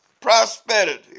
prosperity